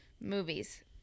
movies